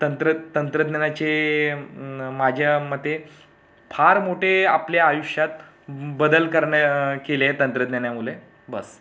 तंत्र तंत्रज्ञानाचे माझ्या मते फार मोठे आपल्या आयुष्यात बदल करन्य केले आहेत तंत्रज्ञानामुळे बस